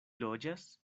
loĝas